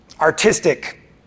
artistic